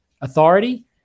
authority